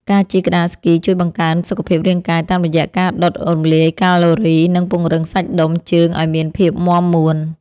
ការជិះក្ដារស្គីជួយបង្កើនសុខភាពរាងកាយតាមរយៈការដុតរំលាយកាឡូរី និងពង្រឹងសាច់ដុំជើងឱ្យមានភាពមាំមួន។